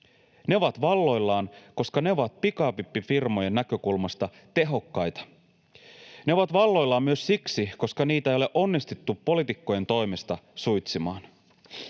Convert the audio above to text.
Ne ovat valloillaan, koska ne ovat pikavippifirmojen näkökulmasta tehokkaita. Ne ovat valloillaan myös siksi, koska niitä ei ole onnistuttu poliitikkojen toimesta suitsimaan.